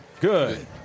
good